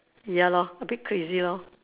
ya lor a bit crazy lor